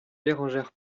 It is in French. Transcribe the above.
bérengère